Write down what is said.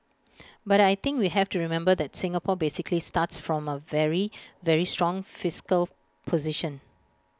but I think we have to remember that Singapore basically starts from A very very strong fiscal position